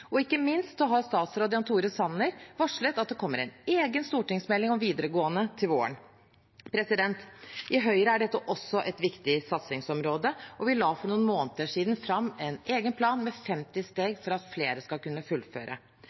Ikke minst har statsråd Jan Tore Sanner varslet at det kommer en egen stortingsmelding om videregående til våren. I Høyre er dette også et viktig satsingsområde. Vi la for noen måneder siden fram en egen plan med 50 steg for at flere skal kunne fullføre.